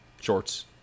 shorts